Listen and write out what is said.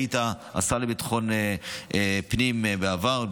היית השר לביטחון פנים בעבר,